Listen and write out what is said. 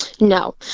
No